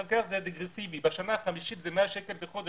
אחר כך זה רגרסיבי - בשנה החמישית זה 100 שקל בחודש,